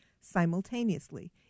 simultaneously